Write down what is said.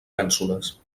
mènsules